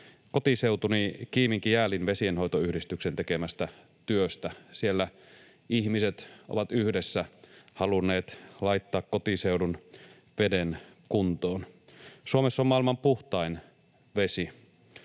kotiseutuni Kiimingin—Jäälin vesienhoitoyhdistyksen tekemästä työstä. Siellä ihmiset ovat yhdessä halunneet laittaa kotiseudun veden kuntoon. Suomessa on maailman puhtain vesi.